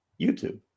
YouTube